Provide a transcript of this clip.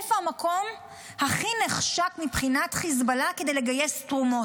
איפה המקום הכי נחשק מבחינת חיזבאללה כדי לגייס תרומות?